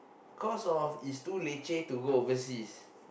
cause of it's too leceh to go overseas